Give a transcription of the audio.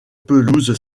pelouse